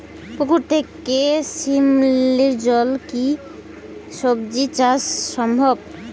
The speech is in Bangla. পুকুর থেকে শিমলির জলে কি সবজি চাষ সম্ভব?